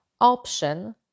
Option